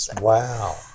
Wow